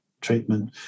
treatment